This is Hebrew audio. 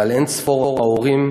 ועל אין-ספור ההורים